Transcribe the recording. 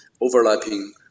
overlapping